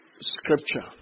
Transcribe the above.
scripture